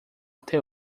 até